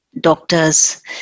doctors